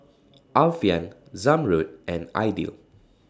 Alfian Zamrud and Aidil